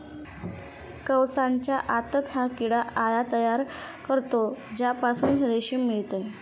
कवचाच्या आतच हा किडा अळ्या तयार करतो ज्यापासून रेशीम मिळते